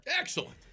Excellent